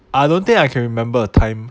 I don't think I can remember a time